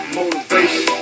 Motivation